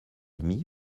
demi